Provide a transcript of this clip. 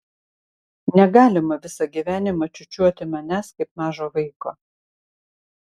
negalima visą gyvenimą čiūčiuoti manęs kaip mažo vaiko